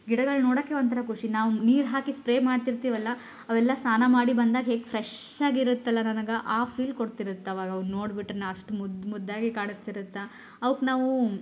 ಗಿಡಗಳ್ನ ನೋಡೋಕ್ಕೆ ಒಂಥರ ಖುಷಿ ನಾವು ನೀರು ಹಾಕಿ ಸ್ಪ್ರೇ ಮಾಡ್ತಿರ್ತೀವಲ್ಲ ಅವೆಲ್ಲ ಸ್ನಾನ ಮಾಡಿ ಬಂದಾಗ ಹೇಗೆ ಫ್ರೆಶ್ ಆಗಿರುತ್ತಲ್ಲ ನನಗೆ ಆ ಫೀಲ್ ಕೊಡ್ತಿರುತ್ತೆ ಆವಾಗ ಅವ್ನ ನೋಡಿಬಿಟ್ರೆ ನಾವು ಅಷ್ಟು ಮುದ್ದು ಮುದ್ದಾಗಿ ಕಾಣಿಸ್ತಿರುತ್ತೆ ಅವ್ಕೆ ನಾವು